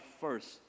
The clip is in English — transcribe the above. first